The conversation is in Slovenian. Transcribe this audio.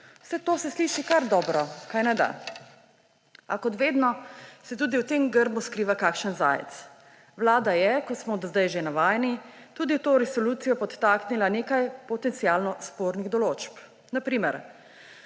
Saj to se sliši kar dobro, kaj ne? A kot vedno se tudi v tem grmu skriva kakšen zajec. Vlada je, kot smo do zdaj že navajeni, tudi v to resolucijo podtaknila nekaj potencialno spornih določb; na primer,